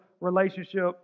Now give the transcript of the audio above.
relationship